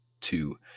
two